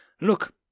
Look